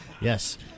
Yes